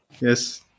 Yes